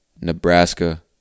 Nebraska